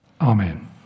Amen